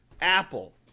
apple